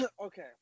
Okay